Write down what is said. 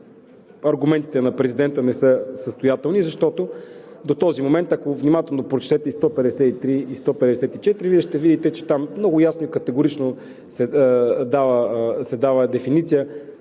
аргументите на президента не са състоятелни, защото до този момент, ако внимателно прочетете ал. 153 и 154, Вие ще видите, че там много ясно и категорично се дава дефиниция